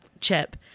chip